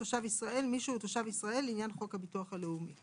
"תושב ישראל" - מי שהוא תושב ישראל לעניין חוק הביטוח הלאומי,